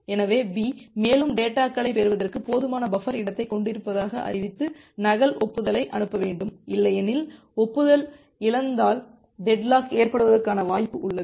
எனவே B மேலும் டேட்டாகளைப் பெறுவதற்கு போதுமான பஃபர் இடத்தைக் கொண்டிருப்பதாக அறிவித்து நகல் ஒப்புதலை அனுப்ப வேண்டும் இல்லையெனில் ஒப்புதல் இழந்தால் டெட்லாக் ஏற்படுவதற்கான வாய்ப்பு உள்ளது